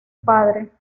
padre